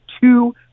two